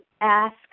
ask